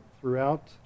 throughout